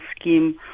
scheme